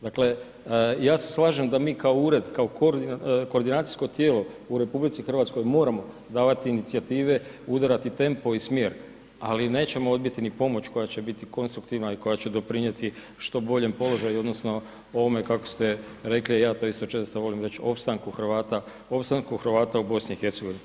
Dakle, ja se slažem da mi kao ured kao koordinacijsko tijelo u RH moramo davati inicijative, udarati tempo i smjer, ali nećemo odbiti ni pomoć koja će biti konstruktivna i koja će doprinijeti što boljem položaju odnosno ovome kako ste rekli, a ja to isto često volim reći, opstanku Hrvata, opstanku Hrvata u BiH.